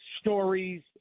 stories